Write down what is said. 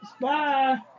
Bye